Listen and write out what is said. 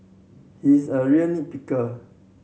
he is a real nit picker